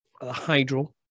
Hydro